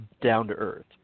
down-to-earth